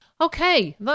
Okay